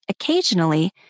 Occasionally